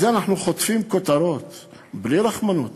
על זה אנחנו חוטפים כותרות בלי רחמנות.